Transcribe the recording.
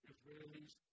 Israelis